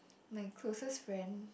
my closest friend